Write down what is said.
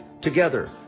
Together